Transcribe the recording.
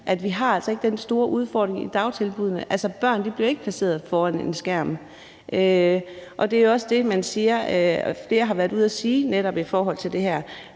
altså ikke har den store udfordring i dagtilbuddene? Altså, børnene bliver jo ikke placeret foran en skærm, og det er netop også det, flere har været ude at sige i forhold til det her.